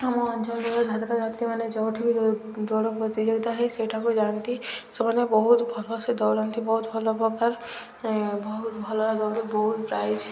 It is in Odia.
ଆମ ଅଞ୍ଚଳର ଛାତ୍ର ଛାତ୍ରୀମାନେ ଯୋଉଠିବି ଦୌଡ଼ ପ୍ରତିଯୋଗିତା ହୁଏ ସେଠାକୁ ଯାଆନ୍ତି ସେମାନେ ବହୁତ ଭଲରେ ଦୌଡ଼ନ୍ତି ବହୁତ ଭଲ ପ୍ରକାର ବହୁତ ଭଲ ଦୌଡ଼ନ୍ତି ବହୁତ ପ୍ରାଇଜ୍